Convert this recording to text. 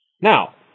Now